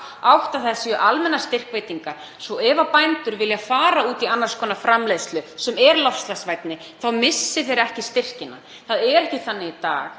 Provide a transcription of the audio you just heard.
séu almennar, þannig að ef bændur vilja fara út í annars konar framleiðslu sem er loftslagsvænni þá missi þeir ekki styrkina. Það er ekki þannig í dag.